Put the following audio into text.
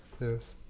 Yes